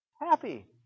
Happy